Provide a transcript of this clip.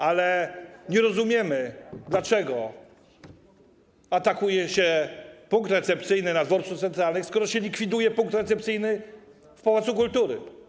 Ale nie rozumiemy, dlaczego atakuje się punkt recepcyjny na Dworcu Centralnym, skoro się likwiduje punkt recepcyjny w Pałacu Kultury.